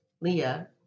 Leah